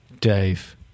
Dave